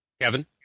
Kevin